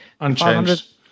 unchanged